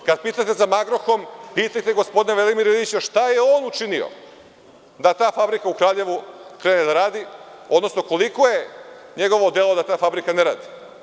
Kada pitate za „Magnohrom“, pitajte gospodina Velimira Ilića šta je on učinio da ta fabrika u Kraljevu krene da radi, odnosno koliko je njegovo delo da ta fabrika ne radi.